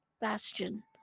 Bastion